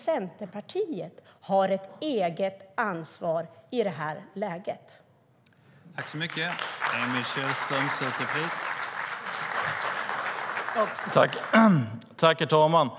Centerpartiet har ett eget ansvar i det här läget.